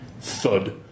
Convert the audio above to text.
Thud